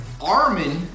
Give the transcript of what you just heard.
Armin